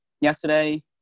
yesterday